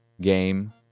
game